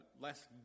less